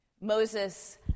Moses